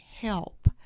help